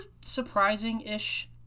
surprising-ish